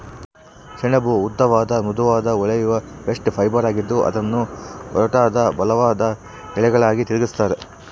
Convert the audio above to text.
ಸೆಣಬು ಉದ್ದವಾದ ಮೃದುವಾದ ಹೊಳೆಯುವ ಬಾಸ್ಟ್ ಫೈಬರ್ ಆಗಿದ್ದು ಅದನ್ನು ಒರಟಾದ ಬಲವಾದ ಎಳೆಗಳಾಗಿ ತಿರುಗಿಸ್ತರ